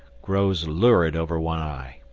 grows lurid over one eye.